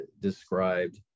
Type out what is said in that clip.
described